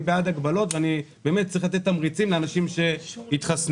אני בעד הגבלות וצריך לתת תמריצים לאנשים שיתחסנו.